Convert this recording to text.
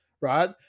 Right